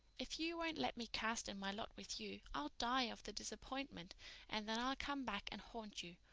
if you won't let me cast in my lot with you i'll die of the disappointment and then i'll come back and haunt you.